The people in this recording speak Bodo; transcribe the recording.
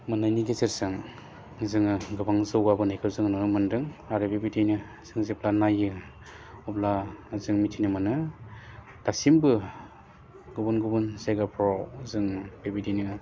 मोन्नायनि गेजेरजों जोङो गोबां जौगाबोनायखौ जों नुनो मोन्दों आरो बे बायदियैनो जों जेब्ला नायो अब्ला जों मिथिनो मोनो दासिमबो गुबुन गुबुन जायगाफ्राव जों बेबायदिनो